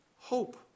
hope